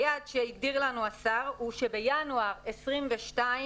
היעד שהגדיר לנו השר הוא שבינואר 2022,